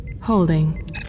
Holding